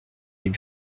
les